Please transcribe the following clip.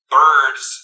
birds